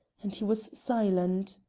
and he was silent.